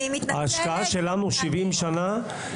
ההשקעה שלנו במשך 70 שנים,